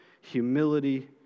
humility